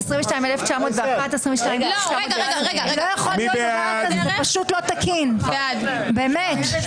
22,901 עד 22,920. מי בעד?